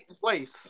place